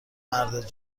مرد